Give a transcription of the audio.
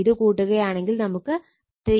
ഇത് കൂട്ടുകയാണെങ്കിൽ നമുക്ക് 3